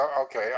Okay